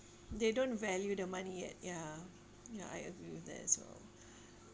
they don't value the money yet ya ya I agree with that as well